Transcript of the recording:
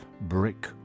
brick